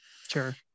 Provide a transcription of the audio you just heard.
Sure